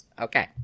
Okay